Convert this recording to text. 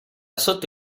sotto